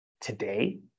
today